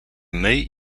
myj